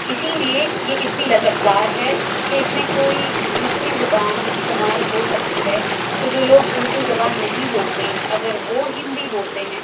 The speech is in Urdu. اسی لیے یہ اتنی لچک دار ہے کہ اس میں کوئی دوسری زبان استعمال ہو سکتی ہے تو جو لوگ اردو زبان نہیں بولتے اگر وہ ہندی بولتے ہیں